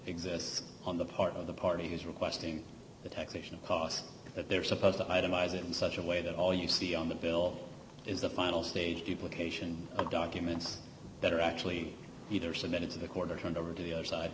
exists on the part of the parties requesting the taxation costs that they're supposed to itemize in such a way that all you see on the bill is the final stage duplication of documents that are actually either submitted to the court or turned over to the other side